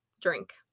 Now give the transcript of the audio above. drink